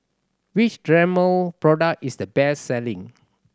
which Dermale product is the best selling